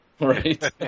Right